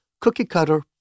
cookie-cutter